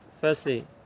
firstly